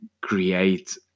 create